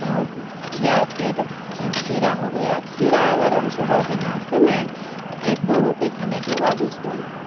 या फिर खीरा हो गया खीरा अगर हम सुबह के नाश्ते में एक दो रोटी खाने के बाद उसको